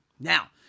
Now